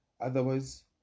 Otherwise